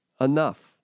enough